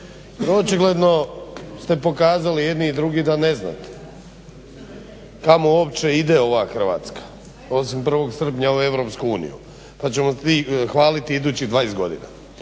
Očigledno ste pokazali i jedni i drugi da ne znate kako uopće ide ova Hrvatska osim prvog srpnja u EU pa ćemo svi hvaliti idućih dvadeset godina.